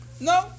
No